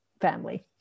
family